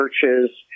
churches